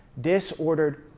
Disordered